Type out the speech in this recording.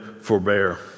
Forbear